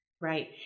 Right